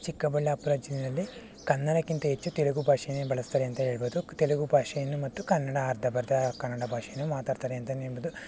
ಚಿಕ್ಕಬಳ್ಳಾಪುರ ಜಿಲ್ಲೆಯಲ್ಲಿ ಕನ್ನಡಕ್ಕಿಂತ ಹೆಚ್ಚು ತೆಲುಗು ಭಾಷೆಯೇ ಬಳಸ್ತಾರೆ ಅಂತ ಹೇಳಬಹುದು ತೆಲುಗು ಭಾಷೆಯನ್ನು ಮತ್ತು ಕನ್ನಡ ಅರ್ಧಂಬರ್ಧ ಕನ್ನಡ ಭಾಷೆಯೂ ಮಾತಾಡ್ತಾರೆ ಅಂತಲೇ ಹೇಳಬಹುದು